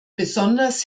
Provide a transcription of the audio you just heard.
besonders